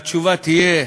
כשהתשובה תהיה: